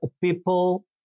people